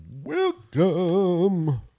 Welcome